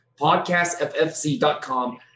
podcastffc.com